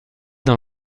dans